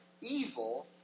evil